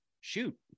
shoot